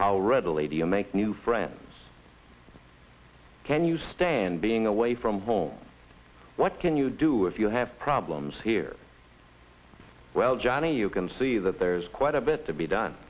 how readily do you make new friends can you stand being away from home what can you do if you have problems here well johnny you can see that there's quite a bit to be done